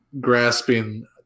grasping